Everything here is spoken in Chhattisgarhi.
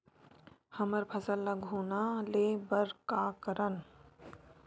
हमर फसल ल घुना ले बर का करन?